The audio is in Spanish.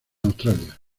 australia